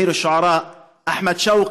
(אומר בערבית: הנסיך של המשוררים,) אחמד שאוקי,